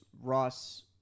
Ross